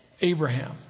Abraham